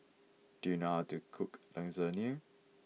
do you know how to cook Lasagne